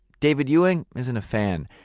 david ewing isn't a fan.